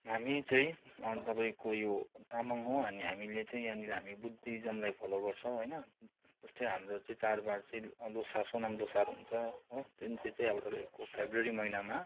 हामी चाहिँ तपाईँको यो तामाङ हो अनि हामीले चाहिँ यहाँनिर हामी बुद्धिजमलाई फलो गर्छौँ होइन जस्तै हाम्रो चाहिँ चाडबाड चाहिँ ल्होसार सोनाम ल्होसार हुन्छ त्यहाँदेखि चाहिँ अब तपाईँको फेब्रुअरी महिनामा